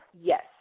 Yes